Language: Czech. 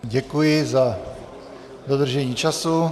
Děkuji za dodržení času.